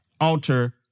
alter